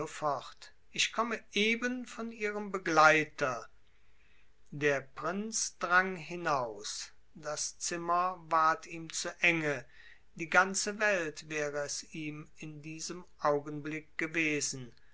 fort ich komme eben von ihrem begleiter der prinz drang hinaus das zimmer ward ihm zu enge die ganze welt wär es ihm in diesem augenblick gewesen